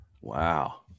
Wow